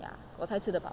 ya 我才吃的饱